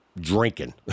drinking